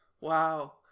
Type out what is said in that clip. Wow